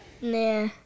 Nah